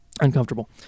Uncomfortable